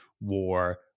war